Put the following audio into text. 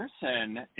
person